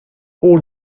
all